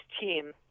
team